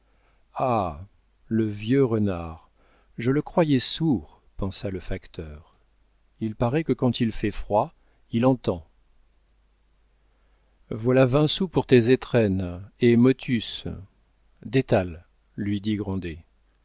ah le vieux renard je le croyais sourd pensa le facteur il paraît que quand il fait froid il entend voilà vingt sous pour tes étrennes et motus détale lui dit